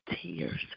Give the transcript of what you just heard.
tears